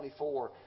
24